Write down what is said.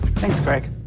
thanks, craig.